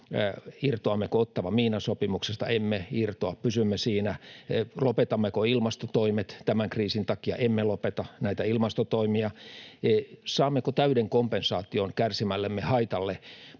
Irtoammeko Ottawan miinasopimuksesta? Emme irtoa. Pysymme siinä. [Jani Mäkelä: Miksi?] Lopetammeko ilmastotoimet tämän kriisin takia? Emme lopeta näitä ilmastotoimia. Saammeko täyden kompensaation kärsimällemme haitalle